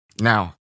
Now